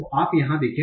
तो आप यहां देखें